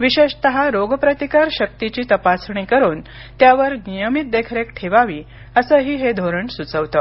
विशेषतः रोग प्रतिकारशक्तीची तपासणी करुन त्यावर नियमित देखरेख ठेवावी असंही हे धोरण सुचवतं